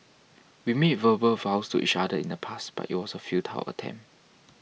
we made verbal vows to each other in the past but it was a futile attempt